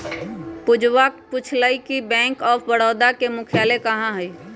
पूजवा ने पूछल कई कि बैंक ऑफ बड़ौदा के मुख्यालय कहाँ हई?